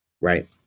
Right